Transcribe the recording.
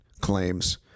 claims